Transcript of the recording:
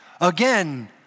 again